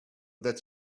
that